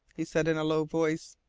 he said in a low voice.